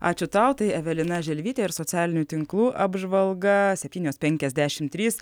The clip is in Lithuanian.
ačiū tau tai evelina želvytė ir socialinių tinklų apžvalga septynios penkiasdešim trys